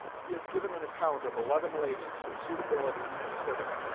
he has given an account of eleven ladies whose suitability he considered.